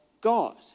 God